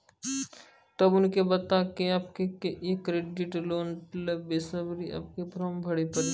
तब उनके बता के आपके के एक क्रेडिट लोन ले बसे आपके के फॉर्म भरी पड़ी?